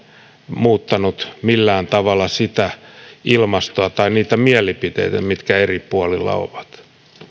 muuttanut millään tavalla sitä ilmastoa tai niitä mielipiteitä mitkä eri puolilla ovat